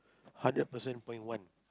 hundred percent point one